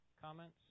Comments